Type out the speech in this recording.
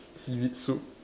seaweed soup